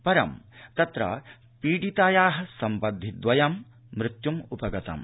परं तत्र पीडिताया सम्बन्धि द्वयं मृत्युम्पगतम्